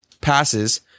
passes